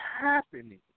happening